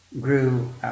grew